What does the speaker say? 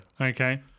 Okay